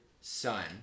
son